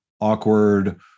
awkward